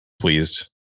pleased